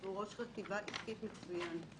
הוא ראש חטיבה עסקית מצוין.